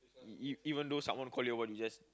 e~ e~ even though someone call you or what you just